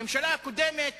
הממשלה הקודמת